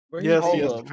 yes